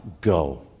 go